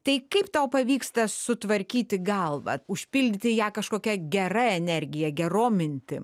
tai kaip tau pavyksta sutvarkyti galvą užpildyti ją kažkokia gera energija gerom mintim